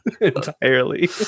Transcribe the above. entirely